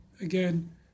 again